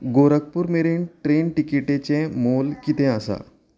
गोरखपुरमेरेन train तिकेटीचें मोल कितें आसा